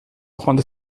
rende